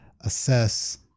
assess